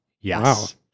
Yes